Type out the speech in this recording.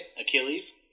Achilles